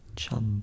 chum